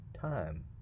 time